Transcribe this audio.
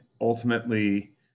ultimately